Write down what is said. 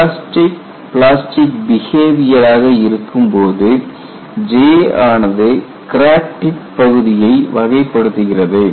elastic plastic பிஹேவியராக இருக்கும்போது J ஆனது கிராக் டிப் பகுதியை வகைப்படுத்துகிறது